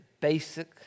basic